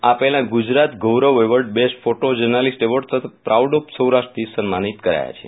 આ પહેલાં Gujarat Gaurav award best photo journalist award તથા પ્રાઉડ ઓફ સૌરાષ્ટ્રથી સન્માનિત કરાયા છે